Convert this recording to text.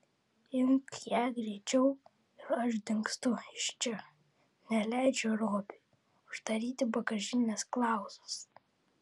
imk ją greičiau ir aš dingstu iš čia neleidžia robiui uždaryti bagažinės klausas